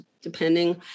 depending